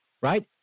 right